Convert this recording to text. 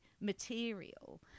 material